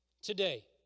today